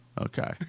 Okay